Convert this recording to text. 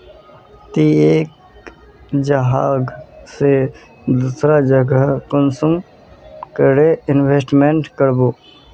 ती एक जगह से दूसरा जगह कुंसम करे इन्वेस्टमेंट करबो?